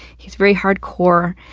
he's very hardcore.